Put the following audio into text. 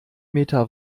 meter